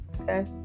Okay